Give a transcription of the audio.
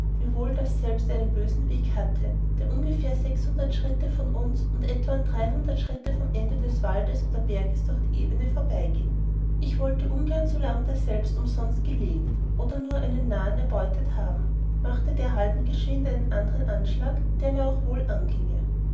es daselbst einen bösen weg hatte der ungefähr sechs schritte von uns und etwa an dreihundert schritte vom ende des waldes oder berges durch die ebne vorbeigieng ich wollte ungern so lang daselbst umsonst gelegen oder nur einen narrn erbeutet haben machte derhalben geschwind einen andern anschlag der mir auch wohl angienge